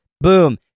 Boom